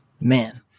man